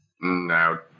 Now